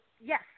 yes